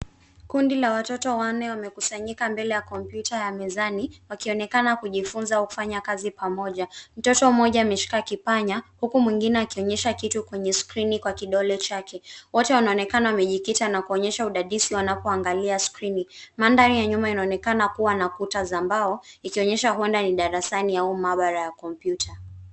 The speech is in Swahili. Kundi la watoto wanne wamekusanyika mbele ya kompyuta ya mezani, wakionekana kujifunza au kufanya kazi pamoja. Mtoto mmoja ameshika kipanya huku mwingine akionyesha kitu kwenye skrini kwa kidole chake. Wote wanaonekana wamejikita na kuonyesha udadisi wanapoangalia skrini. Mandhari ya nyuma inaonekana kuwa na kuta za mbao, ikionyesha huenda ni darasani au maabara ya kompyuta.